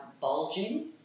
bulging